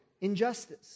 injustice